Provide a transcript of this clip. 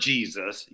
Jesus